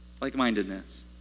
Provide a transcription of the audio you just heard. like-mindedness